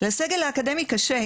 לסגל האקדמי קשה.